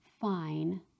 fine